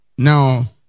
Now